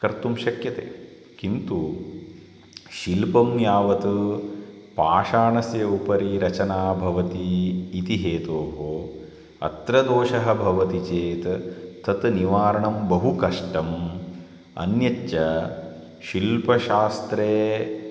कर्तुं शक्यते किन्तु शिल्पं यावत् पाषाणस्य उपरि रचना भवति इति हेतोः अत्र दोषः भवति चेत् तत् निवारणं बहु कष्टम् अन्यच्च शिल्पशास्त्रे